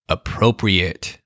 Appropriate